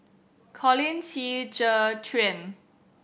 Colin Qi Zhe Quan